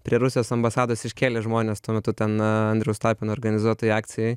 prie rusijos ambasados iškėlė žmonės tuo metu ten andriaus tapino organizuotoj akcijoj